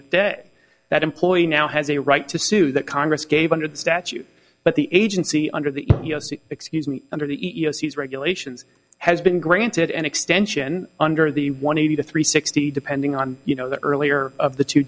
eightieth day that employee now has a right to sue that congress gave under the statute but the agency under the excuse me under the e e o c has regulations has been granted an extension under the one eighty three sixty depending on you know the earlier of the two